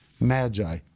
magi